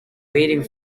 waiting